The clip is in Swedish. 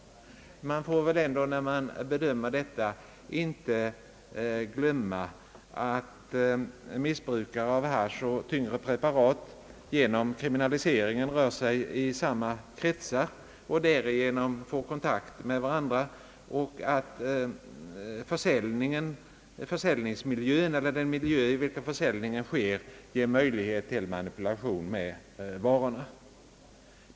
Man får ändå inte glömma att missbrukare av hasch och tyngre preparat till följd av kriminaliseringen rör sig i samma kretsar och därigenom får kontakt med varandra och att den miljö i vilken försäljningen sker ger möjlighet till manipulation med varorna.